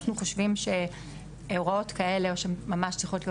אנחנו חושבים שהוראות כאלה ממש צריכות להיות